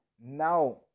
now